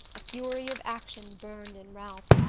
a fury of action burned in ralph,